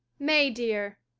may dear,